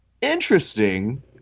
interesting